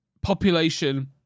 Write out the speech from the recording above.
population